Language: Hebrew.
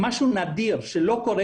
אבל אם זה ילך למטרות אחרות שלא שייכות,